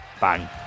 bang